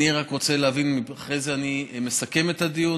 אני רק רוצה להבין, אחרי זה אני מסכם את הדיון?